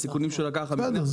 הסיכונים שהוא לקח --- בסדר,